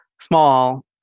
Small